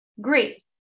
great